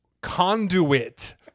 conduit